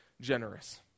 generous